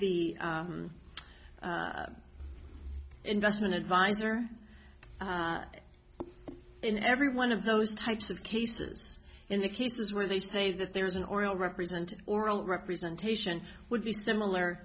the investment advisor in every one of those types of cases in the cases where they say that there is an oral represent oral representation would be similar